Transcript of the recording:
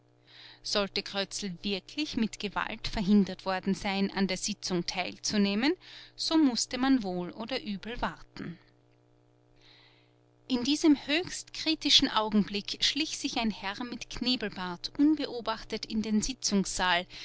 sollte krötzl wirklich mit gewalt verhindert worden sein an der sitzung teilzunehmen so mußte man wohl oder übel warten in diesem höchst kritischen augenblick schlich sich ein herr mit knebelbart unbeobachtet in den sitzungssaal